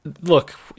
look